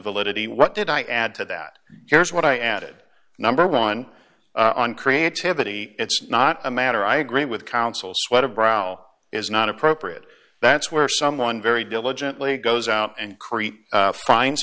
validity what did i add to that here's what i added number one on creativity it's not a matter i agree with counsel sweat of brow is not appropriate that's where someone very diligently goes out and create